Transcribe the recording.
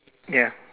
ya